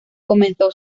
comenzó